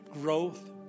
growth